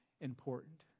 important